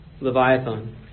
Leviathan